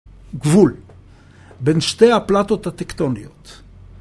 גבול בין שתי הפלטות הטקטוניות